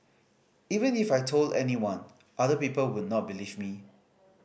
even if I told anyone other people would not believe me